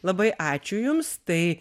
labai ačiū jums tai